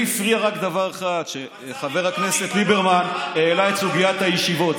לי הפריע רק דבר אחד: שחבר הכנסת ליברמן העלה את סוגיית הישיבות.